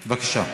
בבקשה.